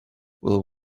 will